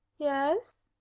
yes.